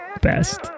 best